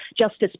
Justice